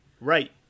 Right